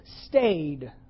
stayed